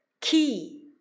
Key